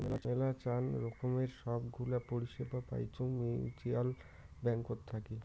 মেলাচান রকমের সব গুলা পরিষেবা পাইচুঙ মিউচ্যুয়াল ব্যাঙ্কত থাকি